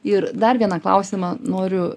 ir dar vieną klausimą noriu